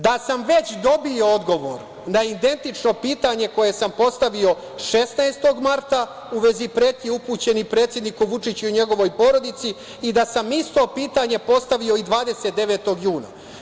Da sam već dobio odgovor na identično pitanje koje sam postavio 16. marta u vezi pretnji upućenih predsedniku Vučiću i njegovoj porodici i da sam isto pitanje postavio 29. juna.